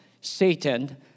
Satan